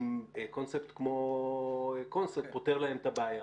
אם קונספט כמו 'קונצרט' פותר להם את הבעיה.